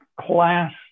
class